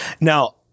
Now